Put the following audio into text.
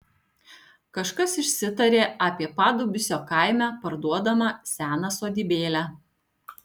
kažkas išsitarė apie padubysio kaime parduodamą seną sodybėlę